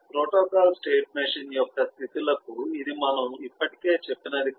protocol state machine యొక్క స్థితి లకు ఇది మనము ఇప్పటికే చెప్పినది కాదు